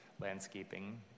landscaping